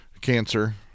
cancer